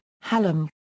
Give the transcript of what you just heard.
Hallam